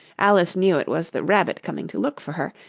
alice knew it was the rabbit coming to look for her,